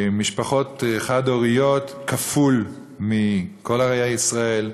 משפחות חד-הוריות, כפול מכל ערי ישראל.